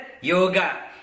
yoga